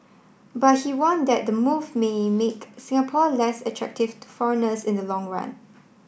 but he warned that the move may make Singapore less attractive to foreigners in the long run